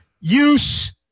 use